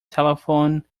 telephone